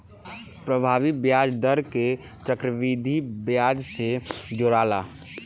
प्रभावी ब्याज दर के चक्रविधि ब्याज से जोराला